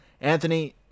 Anthony